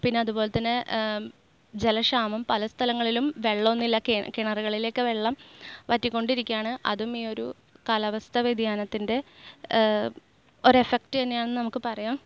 പിന്നെ അതുപോലെ തന്നെ ജലക്ഷാമം പല സ്ഥലങ്ങളിലും വെളളമൊന്നുമില്ല കെ കിണറിലെ ഒക്കെ വെള്ളം വറ്റിക്കൊണ്ടിരിക്കുകയാണ് അതും ഈ ഒരു കാലാവസ്ഥ വ്യതിയാനത്തിൻ്റെ ഒരു എഫക്റ്റ് തന്നെയാണെന്ന് നമുക്ക് പറയാം